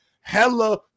hella